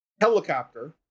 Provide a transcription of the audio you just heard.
helicopter